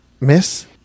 miss